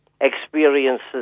experiences